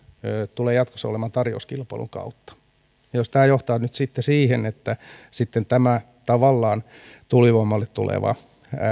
tulevat jatkossa tarjouskilpailun kautta johtaa siihen että sitten tämä tuulivoimalle tuleva tavallaan